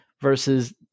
versus